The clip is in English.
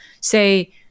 say